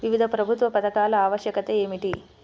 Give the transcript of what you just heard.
వివిధ ప్రభుత్వ పథకాల ఆవశ్యకత ఏమిటీ?